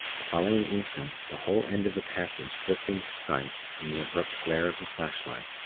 the following instant, the whole end of the passage flicked into sight in the abrupt glare of the flashlight.